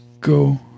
go